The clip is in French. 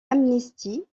amnistie